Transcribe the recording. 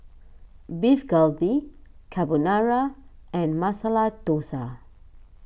Beef Galbi Carbonara and Masala Dosa